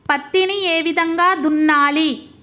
పత్తిని ఏ విధంగా దున్నాలి?